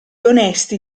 onesti